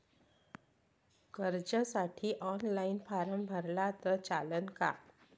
कर्जसाठी online form भरला तर चालन का?